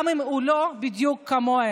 גם אם הוא לא בדיוק כמוהם.